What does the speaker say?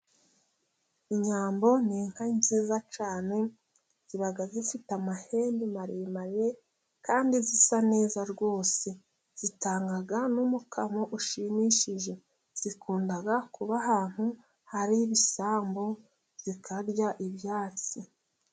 Inyambo ni inka nziza cyane, ziba zifite amahembe maremare, kandi zisa neza rwose, zitanga n'umukamo ushimishije, zikunda kuba ahantu hari ibisambu, zikarya ibyatsi.